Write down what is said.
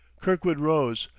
kirkwood rose,